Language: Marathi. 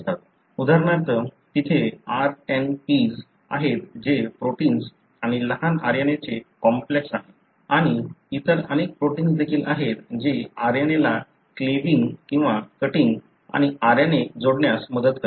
उदाहरणार्थ तिथे RNPs आहेत जे प्रोटिन्स आणि लहान RNA चे कॉम्प्लेक्स आहे आणि इतर अनेक प्रोटिन्स देखील आहेत जी RNA ला क्लिविंग किंवा कटिंग आणि RNA जोडण्यास मदत करतात